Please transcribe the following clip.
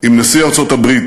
עם נשיא ארצות-הברית,